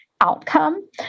outcome